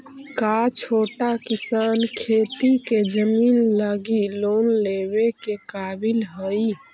का छोटा किसान खेती के जमीन लगी लोन लेवे के काबिल हई?